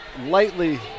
lightly